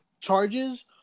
charges